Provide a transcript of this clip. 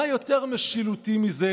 מה יותר משילותי מזה?